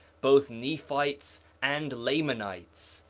both nephites and lamanites,